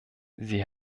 sie